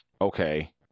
okay